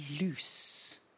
loose